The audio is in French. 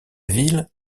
ville